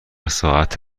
ساعت